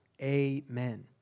Amen